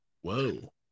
Whoa